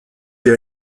ihr